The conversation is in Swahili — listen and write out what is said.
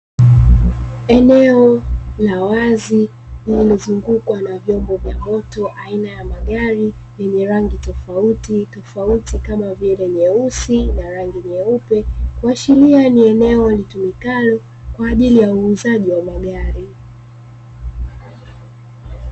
Eneo la wazi lililozungukwa na vyombo vya moto aina ya magari yenye rangi tofautitofauti kama vile nyeusi na rangi nyeupe kuashiria ni eneo litumikalo kwaajili ya uuzaji wa magari.